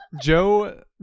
Joe